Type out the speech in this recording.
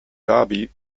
dhabi